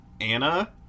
Anna